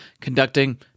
conducting